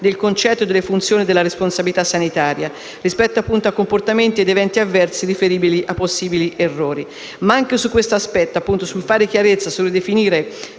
del concetto e della funzione della responsabilità sanitaria rispetto a comportamenti ed eventi avversi riferibili a possibili errori. Ma anche su questo aspetto, sulla necessità di fare chiarezza e di definire